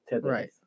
Right